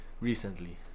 recently